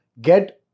get